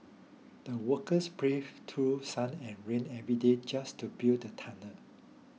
the workers braved through sun and rain every day just to build the tunnel